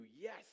Yes